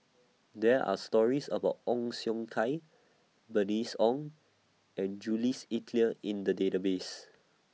There Are stories about Ong Siong Kai Bernice Ong and Jules Itier in The Database